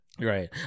Right